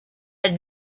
had